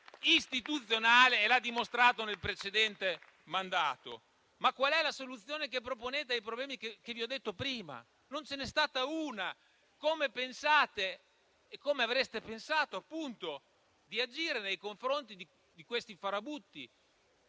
istituzionale e l'ha dimostrato nel precedente mandato. Ma qual è, dunque, la soluzione che proponete ai problemi che vi ho illustrato prima? Non ce n'è stata una. Come pensate e come avreste pensato di agire nei confronti di questi farabutti